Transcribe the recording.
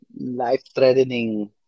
Life-threatening